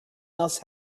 else